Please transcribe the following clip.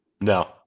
No